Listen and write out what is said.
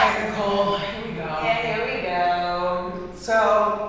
like nicole. here we go. yeah, here we go. so,